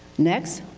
next,